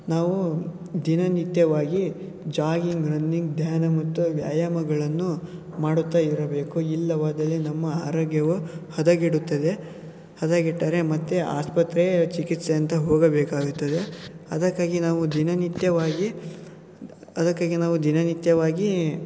ನಾವು ದಿನನಿತ್ಯವಾಗಿ jogging running ಧ್ಯಾನ ಮತ್ತು ವ್ಯಾಯಾಮಗಳನ್ನು ಮಾಡುತ್ತಾ ಇರಬೇಕು ಇಲ್ಲವಾದಲ್ಲಿ ನಮ್ಮ ಆರೋಗ್ಯವು ಹದಗೆಡುತ್ತದೆ ಹದಗೆಟ್ಟರೆ ಮತ್ತೆ ಆಸ್ಪತ್ರೆಯ ಚಿಕಿತ್ಸೆ ಅಂತ ಹೋಗಬೇಕಾಗುತ್ತದೆ ಅದಕ್ಕಾಗಿ ನಾವು ದಿನನಿತ್ಯವಾಗಿ ಅದಕ್ಕಾಗಿ ನಾವು ದಿನನಿತ್ಯವಾಗಿ